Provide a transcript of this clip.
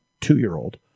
two-year-old